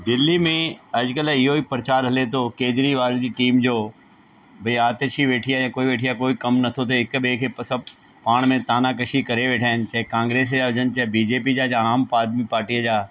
दिल्लीअ में अॼकल इहो ई प्रचार हले थो केजरीवाल जी टीम जो भई आतिषी वेठी आहे कोई वेठी आहे कोई कम नथो थे हिक ॿिए खे सभ पाण में तानाकशी करे वेठा आहिनि चाहे कांग्रेस जा हुजनि चाहे बीजेपी जा या आम आदमी पार्टीअ जा